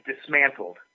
dismantled